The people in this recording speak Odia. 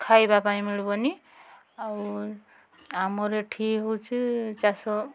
ଖାଇବା ପାଇଁ ମିଳିବନି ଆଉ ଆମର ଏଠି ହେଉଛି ଚାଷ